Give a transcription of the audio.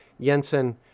Jensen